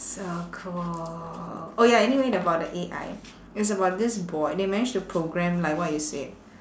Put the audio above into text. so cool oh ya anyway about the A_I it's about this boy they managed to program like what you said